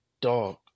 Dog